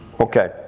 okay